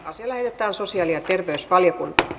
asia lähetettiin sosiaali ja terveysvaliokuntaan